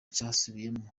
cyasubiyemo